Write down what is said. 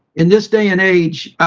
in this day and age,